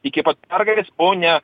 iki pat pergalės o ne